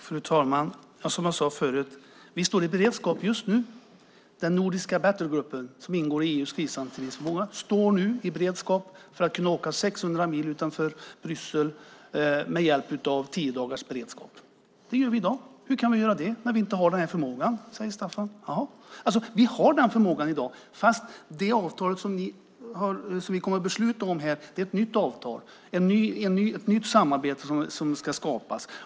Fru talman! Som jag sade förut står Nordic Battlegroup som ingår i EU:s krishanteringsförmåga just nu i beredskap för att kunna åka 600 mil utanför Bryssel med tio dagars beredskap. Det gör vi i dag. Hur kan vi göra det när Staffan Danielsson säger att vi inte har den förmågan? Vi har i dag den förmågan. Det avtal som vi kommer att besluta om här är ett nytt avtal och ett nytt samarbete som ska skapas.